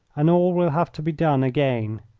and all will have to be done again.